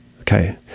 Okay